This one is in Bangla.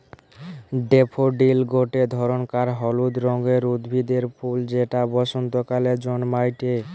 ড্যাফোডিল গটে ধরণকার হলুদ রঙের উদ্ভিদের ফুল যেটা বসন্তকালে জন্মাইটে